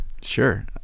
Sure